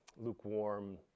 lukewarm